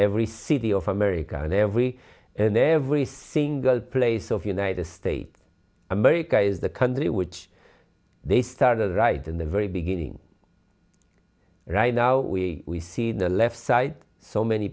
every city of america in every and every single place of united states america is the country which they started right in the very beginning right now we see in the left side so many